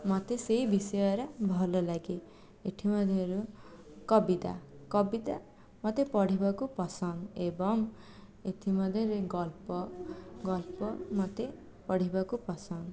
ମୋତେ ସେହି ବିଷୟଗୁଡ଼ିକ ଭଲଲାଗେ ଏଥି ମଧ୍ୟରୁ କବିତା କବିତା ମୋତେ ପଢ଼ିବାକୁ ପସନ୍ଦ ଏବଂ ଏଥିମଧ୍ୟରେ ଗଳ୍ପ ଗଳ୍ପ ମୋତେ ପଢ଼ିବାକୁ ପସନ୍ଦ